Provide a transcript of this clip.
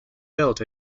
built